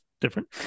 different